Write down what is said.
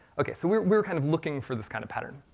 okay, so we're we're kind of looking for this kind of pattern.